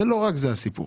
לא רק זה הסיפור